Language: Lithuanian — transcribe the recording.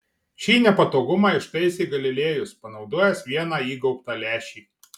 šį nepatogumą ištaisė galilėjus panaudojęs vieną įgaubtą lęšį